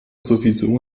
sowieso